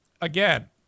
again